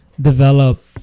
develop